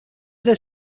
des